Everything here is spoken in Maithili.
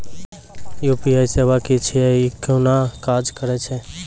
यु.पी.आई सेवा की छियै? ई कूना काज करै छै?